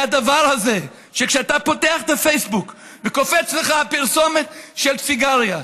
והדבר הזה שכשאתה פותח את הפייסבוק וקופצת לך פרסומת של סיגריה,